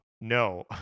No